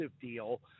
deal